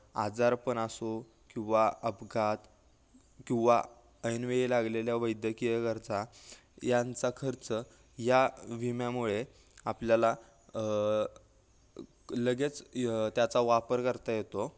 आजारपण असो किंवा अपघात किंवा ऐनवेळी लागलेल्या वैद्यकीय गरजा यांचा खर्च या विम्यामुळे आपल्याला लगेच त्याचा वापर करता येतो